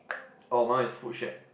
oh mine is food shack